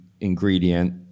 ingredient